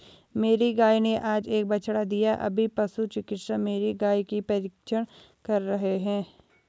मेरी गाय ने आज एक बछड़ा दिया अभी पशु चिकित्सक मेरी गाय की परीक्षण कर रहे हैं